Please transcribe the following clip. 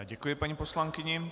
Děkuji paní poslankyni.